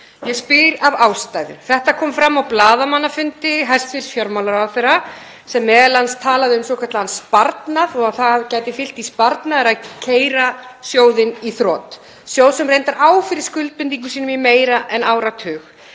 Ég spyr af ástæðu. Þetta kom fram á blaðamannafundi hæstv. fjármálaráðherra sem m.a. talaði um svokallaðan sparnað og að það gæti fylgt því sparnaður að keyra sjóðinn í þrot, sjóð sem reyndar á fyrir skuldbindingum sínum í meira en áratug.